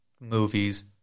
movies